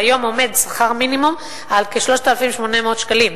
והיום עומד שכר המינימום על כ-3,800 שקלים,